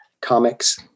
comics